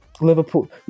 Liverpool